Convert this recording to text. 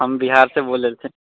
हम बिहारसँ बोलै छी